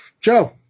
Joe